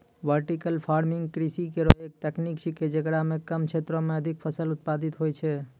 vertical farming कृषि केरो एक तकनीक छिकै, जेकरा म कम क्षेत्रो में अधिक फसल उत्पादित होय छै